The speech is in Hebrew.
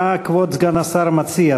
מה כבוד סגן השר מציע?